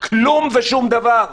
כלום ושום דבר.